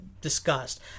discussed